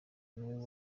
niwe